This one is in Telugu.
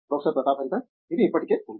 ప్రొఫెసర్ ప్రతాప్ హరిదాస్ ఇది ఇప్పటికే ఉంది